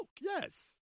Yes